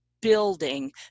building